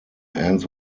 ends